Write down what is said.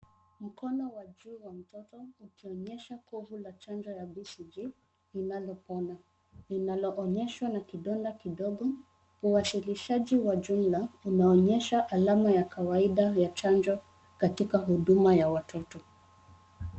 Mkono wa juu wa mtoto ukionyesha kovu la chanjo ya b c g linalo pona linaloonyeshwa na kidonda kidogo. Uwasilishaji wa jumla unaonyesha alama ya kawaida ya chanjo katika huduma ya watoto.